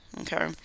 Okay